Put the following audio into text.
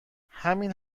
همین